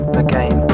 again